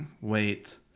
wait